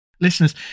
listeners